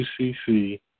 UCC